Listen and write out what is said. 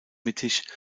mittig